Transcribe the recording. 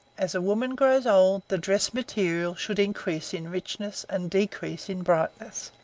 as a woman grows old the dress material should increase in richness and decrease in brightness.